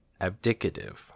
Abdicative